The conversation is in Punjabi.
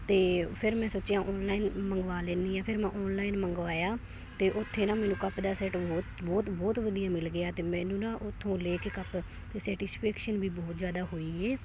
ਅਤੇ ਫਿਰ ਮੈਂ ਸੋਚਿਆ ਓਨਲਾਈਨ ਮੰਗਵਾ ਲੈਦੀ ਹਾਂ ਫਿਰ ਮੈਂ ਓਨਲਾਈਨ ਮੰਗਵਾਇਆ ਅਤੇ ਉੱਥੇ ਨਾ ਮੈਨੂੰ ਕੱਪ ਦਾ ਸੈੱਟ ਬਹੁਤ ਬਹੁਤ ਬਹੁਤ ਵਧੀਆ ਮਿਲ ਗਿਆ ਅਤੇ ਮੈਨੂੰ ਨਾ ਉੱਥੋਂ ਲੈ ਕੇ ਕੱਪ ਅਤੇ ਸੈਟਿਸਫੈਕਸ਼ਨ ਵੀ ਬਹੁਤ ਜ਼ਿਆਦਾ ਹੋਈ ਹੈ